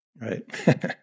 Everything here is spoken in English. right